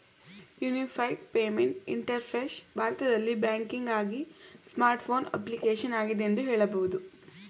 unified payment interface ಭಾರತದಲ್ಲಿ ಬ್ಯಾಂಕಿಂಗ್ಆಗಿ smartphone application ಆಗಿದೆ ಎಂದು ಹೇಳಬಹುದು